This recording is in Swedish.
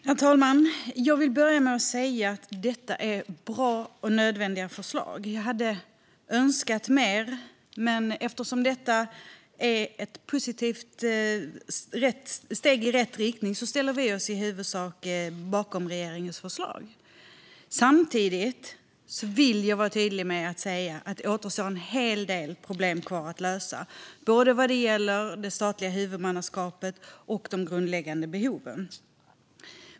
Herr talman! Jag vill börja med att säga att detta är bra och nödvändiga förslag. Jag hade önskat mer, men eftersom det i alla fall är ett steg i rätt riktning ställer vi oss i huvudsak bakom regeringens förslag. Samtidigt vill jag vara tydlig med att det återstår en hel del problem att lösa vad gäller både det statliga huvudmannaskapet och de grundläggande behoven.